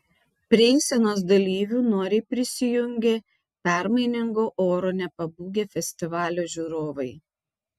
prie eisenos dalyvių noriai prisijungė permainingo oro nepabūgę festivalio žiūrovai